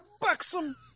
Buxom